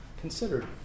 considered